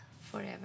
forever